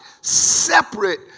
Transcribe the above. separate